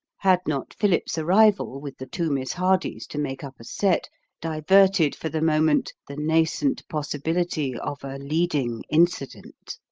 had not philip's arrival with the two miss hardys to make up a set diverted for the moment the nascent possibility of a leading incident.